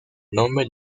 nombre